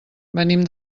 venim